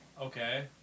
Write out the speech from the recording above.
Okay